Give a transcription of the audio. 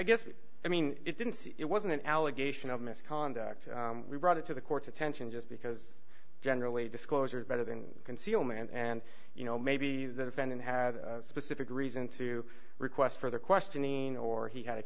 guess i mean it didn't it wasn't an allegation of misconduct we brought it to the court's attention just because generally disclosure is better than concealment and you know maybe the defendant had a specific reason to request further questioning or he had a